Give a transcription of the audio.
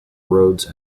roads